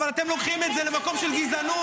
אבל אתם לוקחים את זה למקום של גזענות.